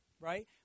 Right